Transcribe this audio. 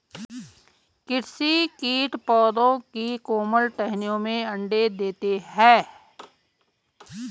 कृषि कीट पौधों की कोमल टहनियों में अंडे देते है